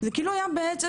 זה כאילו היה בעצם,